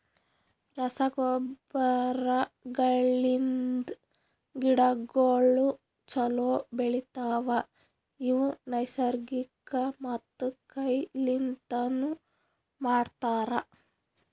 ರಸಗೊಬ್ಬರಗಳಿಂದ್ ಗಿಡಗೋಳು ಛಲೋ ಬೆಳಿತವ, ಇವು ನೈಸರ್ಗಿಕ ಮತ್ತ ಕೈ ಲಿಂತನು ಮಾಡ್ತರ